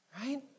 Right